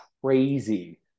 crazy